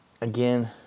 Again